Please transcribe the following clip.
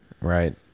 Right